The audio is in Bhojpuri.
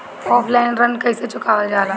ऑफलाइन ऋण कइसे चुकवाल जाला?